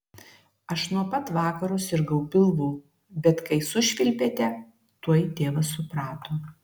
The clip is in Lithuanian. aš nuo pat vakaro sirgau pilvu bet kai sušvilpėte tuoj tėvas suprato